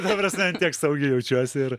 ta prasme ant tiek saugiai jaučiuosi ir